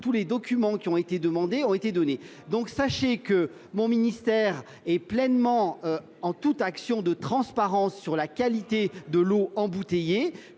tous les documents qui ont été demandés ont été transmis. Sachez que mon ministère est pleinement engagé pour faire toute la transparence sur la qualité de l’eau embouteillée,